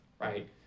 right